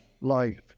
life